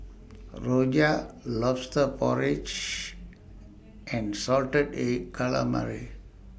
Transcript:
Rojak Lobster Porridge and Salted Egg Calamari